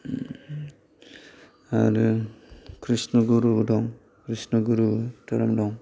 आरो कृष्णगुरुबो दं कृष्णगुरु धोरोम दं